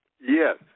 Yes